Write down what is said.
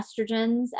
estrogens